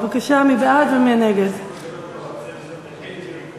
ההצעה להעביר את